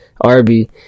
Arby